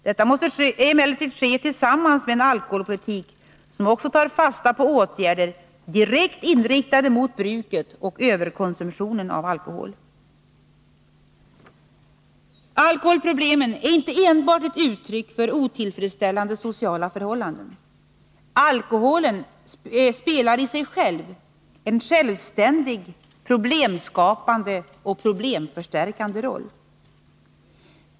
Detta måste emellertid ske tillsammans med en alkoholpolitik som också tar fasta på åtgärder direkt inriktade mot bruket och överkonsumtionen av alkohol. Alkoholproblemen är inte enbart ett uttryck för otillfredsställande sociala förhållanden. Alkoholen spelar i sig själv en självständig, problemskapande och problemförstärkande roll.